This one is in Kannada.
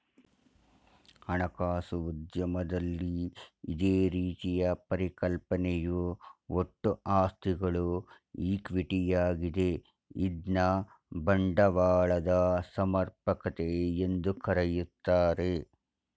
ಹಣಕಾಸು ಉದ್ಯಮದಲ್ಲಿ ಇದೇ ರೀತಿಯ ಪರಿಕಲ್ಪನೆಯು ಒಟ್ಟು ಆಸ್ತಿಗಳು ಈಕ್ವಿಟಿ ಯಾಗಿದೆ ಇದ್ನ ಬಂಡವಾಳದ ಸಮರ್ಪಕತೆ ಎಂದು ಕರೆಯುತ್ತಾರೆ